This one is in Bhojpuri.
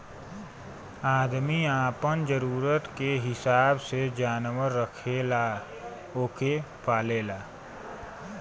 आदमी आपन जरूरत के हिसाब से जानवर रखेला ओके पालेला